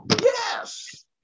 Yes